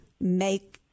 make